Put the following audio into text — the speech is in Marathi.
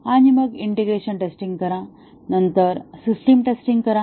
आणि मग इंटिग्रेशन टेस्टिंग करा नंतर सिस्टम टेस्टिंग करा